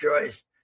choice